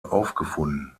aufgefunden